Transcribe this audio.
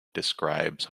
describes